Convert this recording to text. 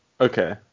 Okay